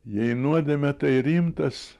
jai nuodėmė tai rimtas